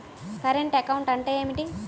Current account అంటే ఏమిటి?